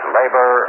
labor